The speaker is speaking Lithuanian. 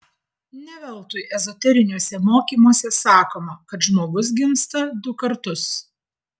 ne veltui ezoteriniuose mokymuose sakoma kad žmogus gimsta du kartus